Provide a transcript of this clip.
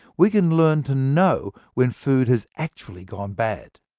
we can learn to know when food has actually gone bad.